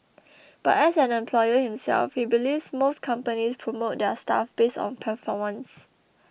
but as an employer himself he believes most companies promote their staff based on performance